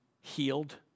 healed